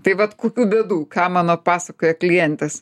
tai vat kokių bėdų ką mano pasakoja klientas